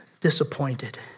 disappointed